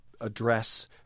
address